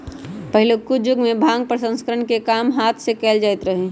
पहिलुक जुगमें भांग प्रसंस्करण के काम हात से कएल जाइत रहै